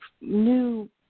new